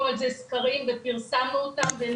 ועשינו באותה התקופה סקרים על זה ופרסמנו אותם והם